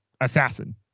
assassin